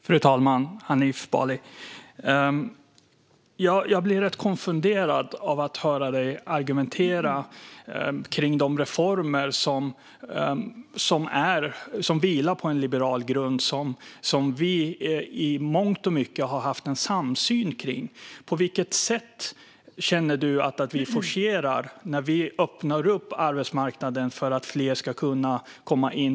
Fru talman! Jag blir rätt konfunderad av att höra Hanif Bali argumentera kring de reformer som vilar på en liberal grund och som vi i mångt och mycket har haft en samsyn kring. På vilket sätt känner du att vi forcerar när vi öppnar upp arbetsmarknaden för att fler ska kunna komma in?